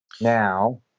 Now